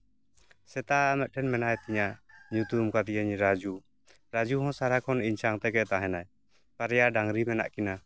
ᱥᱮᱛᱟ ᱢᱤᱫᱴᱮᱱ ᱢᱮᱱᱟᱭ ᱛᱤᱧᱟᱹ ᱧᱩᱛᱩᱢ ᱠᱟᱫᱮᱭᱟᱹᱧ ᱨᱟᱡᱩ ᱨᱟᱡᱩ ᱦᱚᱸ ᱥᱟᱨᱟᱠᱷᱚᱱ ᱤᱧ ᱥᱟᱶᱛᱮᱜᱮ ᱛᱟᱦᱮᱱᱟᱭ ᱵᱟᱨᱭᱟ ᱰᱟᱝᱨᱤ ᱢᱮᱱᱟᱜ ᱠᱤᱱᱟᱹ